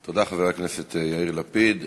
תודה, חבר הכנסת יאיר לפיד.